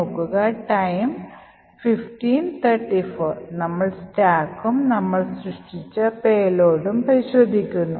നമ്മൾ സ്റ്റാക്കും നമ്മൾ സൃഷ്ടിച്ച Payload ഉം പരിശോധിക്കുന്നു